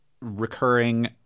recurring